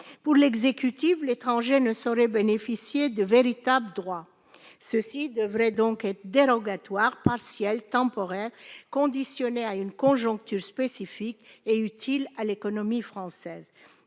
Pour l'exécutif, l'étranger ne saurait bénéficier de véritables droits. Ceux-ci devraient donc être dérogatoires, partiels, temporaires, conditionnés à une conjoncture spécifique et utiles à l'économie française.